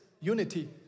unity